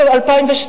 ב-2002,